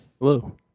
Hello